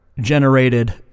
generated